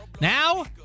Now